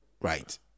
right